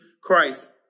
Christ